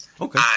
okay